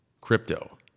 crypto